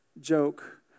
joke